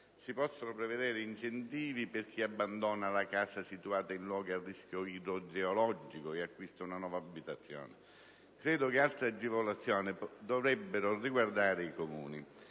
Si possono prevedere incentivi per chi abbandona la casa situata in luoghi a rischio idrogeologico e acquista una nuova abitazione. Credo che altre agevolazioni dovrebbero riguardare i Comuni.